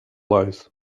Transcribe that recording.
lives